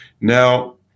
now